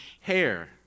hair